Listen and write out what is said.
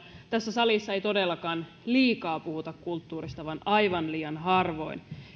tässä salissa ei todellakaan liikaa puhuta kulttuurista vaan aivan liian harvoin